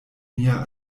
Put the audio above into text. mia